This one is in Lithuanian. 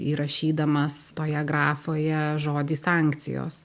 įrašydamas toje grafoje žodį sankcijos